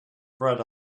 bread